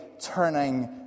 turning